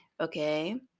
okay